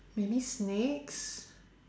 maybe snakes